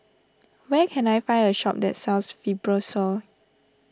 where can I find a shop that sells Fibrosol